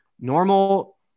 normal